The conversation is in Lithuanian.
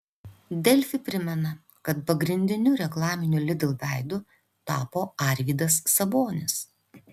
delfi primena kad pagrindiniu reklaminiu lidl veidu tapo arvydas sabonis